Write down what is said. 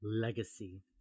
legacy